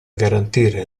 garantire